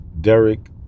Derek